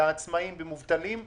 בעצמאים ובמובטלים,